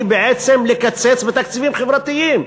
היא בעצם לקצץ בתקציבים חברתיים.